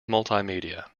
multimedia